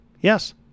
Yes